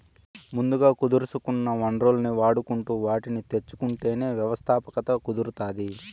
ముందుగా కుదుర్సుకున్న వనరుల్ని వాడుకుంటు వాటిని తెచ్చుకుంటేనే వ్యవస్థాపకత కుదురుతాది